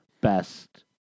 Best